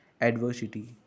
Adversity